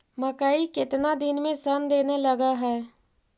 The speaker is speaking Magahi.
मकइ केतना दिन में शन देने लग है?